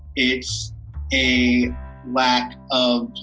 it's a lack of